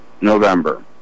November